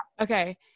okay